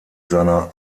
seiner